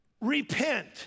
repent